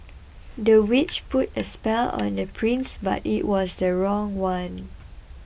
the witch put a spell on the prince but it was the wrong one